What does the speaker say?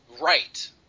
Right